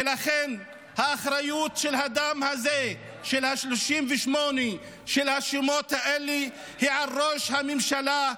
ולכן האחריות לדם הזה של 38 השמות האלה היא על ראש הממשלה,